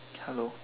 hello